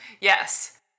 Yes